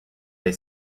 they